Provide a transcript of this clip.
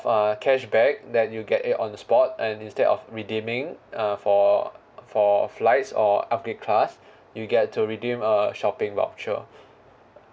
uh cashback that you get it on the spot and instead of redeeming a for for flights or upgrade class you get to redeem a shopping voucher